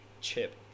chip